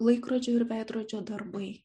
laikrodžio ir veidrodžio darbai